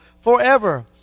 forever